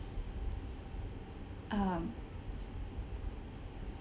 um